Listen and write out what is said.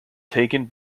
taken